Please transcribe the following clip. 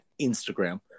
Instagram